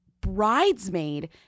bridesmaid